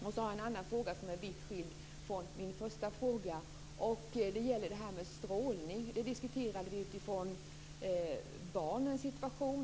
Jag har också en fråga som är vitt skild från min första. Vi har diskuterat strålning från barnens situation.